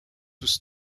was